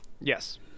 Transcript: Yes